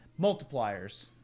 Multipliers